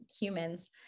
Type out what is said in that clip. humans